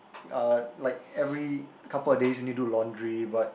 uh like every couple of days you need to do laundry but